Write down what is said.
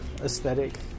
aesthetic